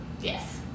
Yes